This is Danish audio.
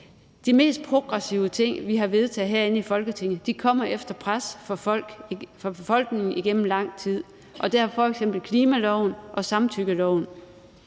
de mest progressive ting, vi har vedtaget herinde i Folketinget, efter pres fra befolkningen igennem lang tid. Det gælder f.eks. klimaloven og samtykkeloven,